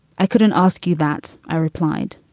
i couldn't ask you that, i replied.